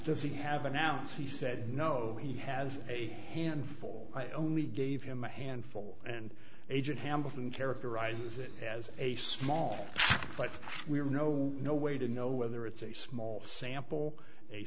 does he have an ounce he said no he has a handful i only gave him a handful and agent hamilton characterizes it as a small but we have no no way to know whether it's a small sample